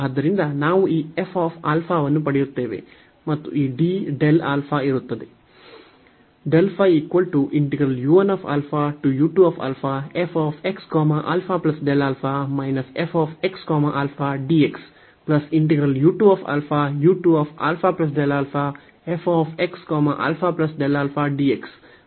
ಆದ್ದರಿಂದ ನಾವು ಈ ವನ್ನು ಪಡೆಯುತ್ತೇವೆ ಮತ್ತು ಈ d ಇರುತ್ತದೆ